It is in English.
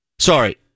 Sorry